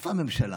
איפה הממשלה?